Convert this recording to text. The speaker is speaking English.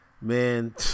Man